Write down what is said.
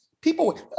people